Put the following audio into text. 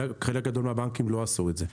חלק גדול מהבנקים לא עשו את זה.